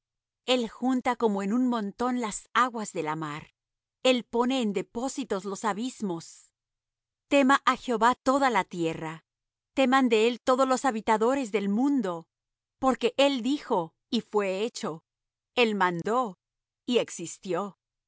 el junta como en un montón las aguas de la mar el pone en depósitos los abismos tema á jehová toda la tierra teman de él todos los habitadores del mundo porque él dijo y fué hecho el mandó y existió